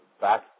back